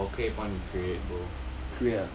我可以帮你 create bro